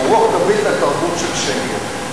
רוח גבית לתרבות של שקר.